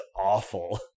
awful